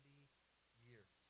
years